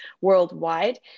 worldwide